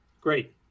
Great